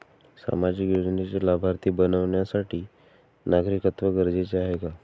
सामाजिक योजनेचे लाभार्थी बनण्यासाठी नागरिकत्व गरजेचे आहे का?